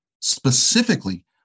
specifically